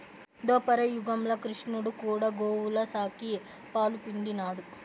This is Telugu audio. దోపర యుగంల క్రిష్ణుడు కూడా గోవుల సాకి, పాలు పిండినాడు